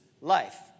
life